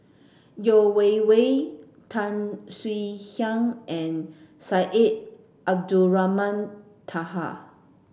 Yeo Wei Wei Tan Swie Hian and Syed Abdulrahman Taha